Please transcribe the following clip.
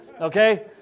okay